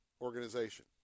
organization